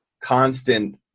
constant